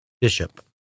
Bishop